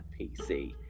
PC